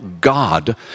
God